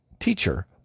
Teacher